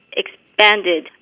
expanded